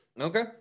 Okay